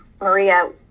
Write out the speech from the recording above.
Maria